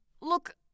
Look